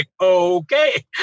okay